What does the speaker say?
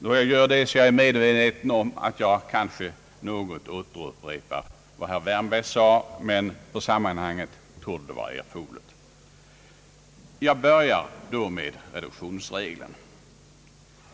Då jag gör det är jag medveten om att jag kanske i någon mån upprepar vad herr Wärnberg anförde, men för sammanhanget torde det vara erforderligt. Jag börjar med reduktionsregeln.